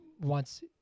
wants